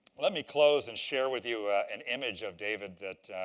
let me close, and share with you an image of david that